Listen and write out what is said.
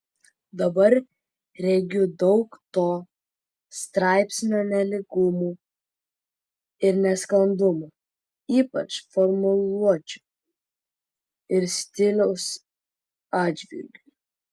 dabar regiu daug to straipsnio nelygumų ir nesklandumų ypač formuluočių ir stiliaus atžvilgiu